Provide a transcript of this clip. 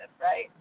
right